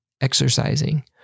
exercising